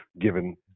given